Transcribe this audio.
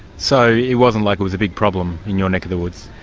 so it wasn't like it was a big problem in your neck of the woods?